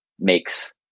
makes